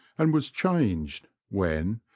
and was changed, when,